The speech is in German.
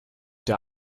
der